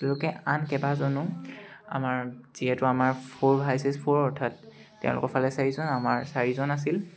তেওঁলোকে আন কেইবাজনো আমাৰ যিহেতু আমাৰ ফ'ৰ ভাৰছেছ ফ'ৰ অৰ্থাৎ তেওঁলোকৰ ফালে চাৰিজন আমাৰ চাৰিজন আছিল